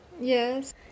Yes